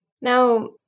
now